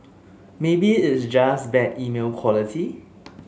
maybe it's just bad email quality